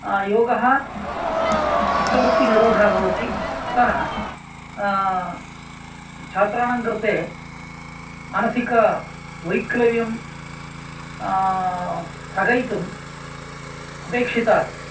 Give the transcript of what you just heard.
योगः चित्तवृत्तिनिरोधः भवति अतः छात्राणाङ्कृते मानसिक वैक्लव्यं स्थगयितुम् अपेक्षिता अस्ति